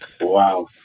wow